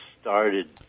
started